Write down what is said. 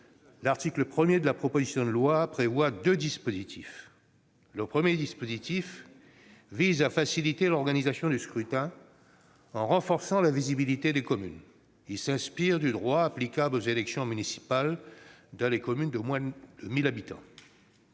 l'article 1 de la proposition de loi prévoit deux dispositifs. Le premier vise à faciliter l'organisation du scrutin en renforçant la visibilité des communes. Il s'inspire du droit applicable aux élections municipales dans les communes de moins de 1 000 habitants.